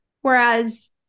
Whereas